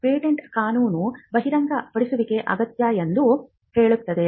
patent ಕಾನೂನು ಬಹಿರಂಗಪಡಿಸುವಿಕೆ ಅಗತ್ಯ ಎಂದು ಹೇಳುತ್ತದೆ